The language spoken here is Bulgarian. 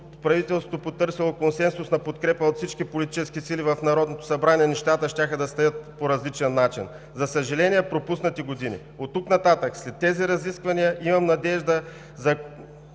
правителството беше потърсило консенсусна подкрепа от всички политически сили в Народното събрание, нещата щяха да стоят по различен начин. За съжаление, пропуснати години. Оттук нататък след тези разисквания имам надежда за